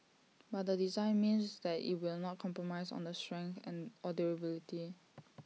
but the design means that IT will not compromise on the strength and or durability